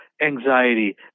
anxiety